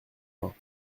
vingts